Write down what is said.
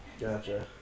gotcha